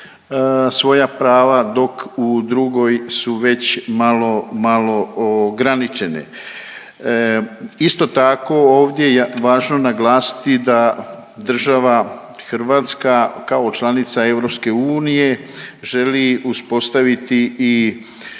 svoja prava dok u drugoj su već malo, malo ograničene. Isto tako ovdje je važno naglasiti da država hrvatska kao članica EU želi uspostaviti i